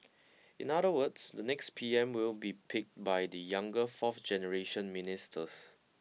in other words the next P M will be picked by the younger fourth generation ministers